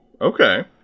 okay